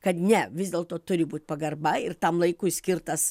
kad ne vis dėlto turi būt pagarba ir tam laikui skirtas